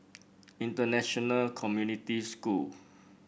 International Community School